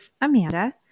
Amanda